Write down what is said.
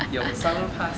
有 Salonpas